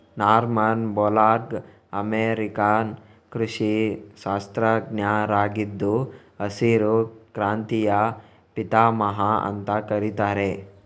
Norman Borlaug American ಕೃಷಿ ಶಾಸ್ತ್ರಜ್ಞರಾಗಿದ್ದು ಹಸಿರು ಕ್ರಾಂತಿಯ ಪಿತಾಮಹ ಅಂತ ಕರೀತಾರೆ